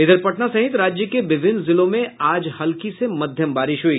इधर पटना सहित राज्य के विभिन्न जिलों में आज हल्की से मध्यम बारिश हुई